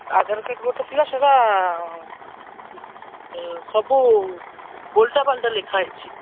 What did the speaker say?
ଆଧାର card ଗୋଟେ ଥିଲା ସେଇଟା ସବୁ ଓଲଟାପାଲଟା ଲେଖାହେଇଛି